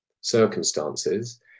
circumstances